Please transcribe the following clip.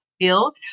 field